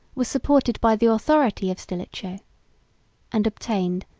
were supported by the authority of stilicho and obtained,